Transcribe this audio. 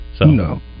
No